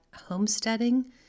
homesteading